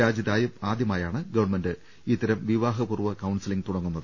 രാജ്യത്ത് ആദ്യമായാണ് ഗവണ്മെന്റ് ഇത്തരം വിവാഹപൂർവ്വ കൌൺസിലിംഗ് തുടങ്ങുന്നത്